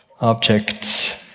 objects